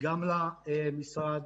גם למשרד,